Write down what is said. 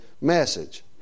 message